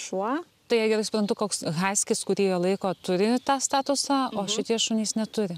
šuo tai jei gerai suprantu koks haskis kurį jie laiko turi tą statusą o šitie šunys neturi